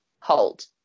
hold